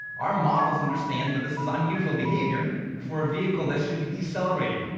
our models understand that this is unusual behavior for a vehicle that should be decelerating.